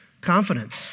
confidence